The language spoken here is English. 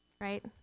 Right